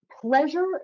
pleasure